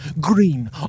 green